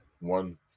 one